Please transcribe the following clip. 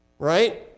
Right